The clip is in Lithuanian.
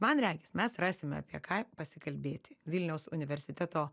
man regis mes rasime apie ką pasikalbėti vilniaus universiteto